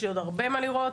יש לי עוד הרבה מה לראות,